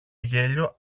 γέλιο